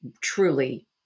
truly